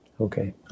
Okay